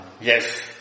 Yes